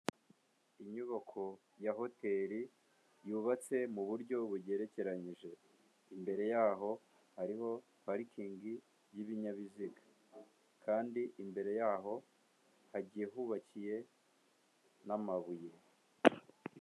Inyubako ya hoteri yubatse mu buryo bugerekeranyije imbere yaho hariho parikingi y'ibinyabiziga kandi imbere yaho hagiye hubakiye n'amabuye.